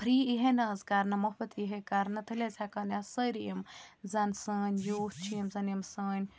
free یِیہے نہٕ حظ کَرنہٕ مفت یِیہے کَرنہٕ تیٚلہِ حظ ہٮ۪کن سٲری یِم زَن سٲنۍ یوٗتھ چھِ یِم زَن یِم سٲنۍ